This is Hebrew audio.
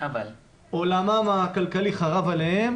עולמם הכלכלי חרב עליהם.